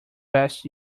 best